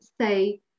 say